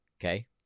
okay